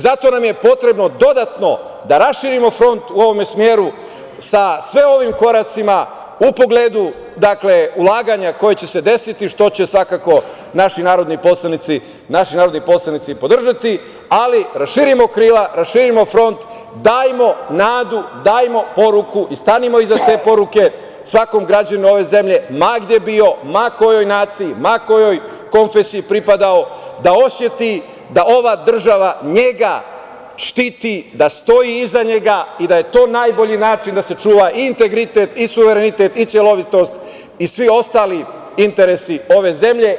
Zato nam je potrebno dodatno da raširimo front u ovom smeru sa sve ovim koracima u pogledu ulaganja koje će se desiti što će, svakako, naši narodni poslanici podržati, ali raširimo krila, raširimo front, dajmo nadu, dajmo poruku i stanimo iza te poruke svakom građaninu ove zemlje, ma gde bio, ma kojoj naciji, ma kojoj konfesiji pripadao, da oseti da ova država njega štiti, da stoji iza njega i da je to najbolji način da se čuva i integritet i suverenitet i celovitost i svi ostali interesi ove zemlje.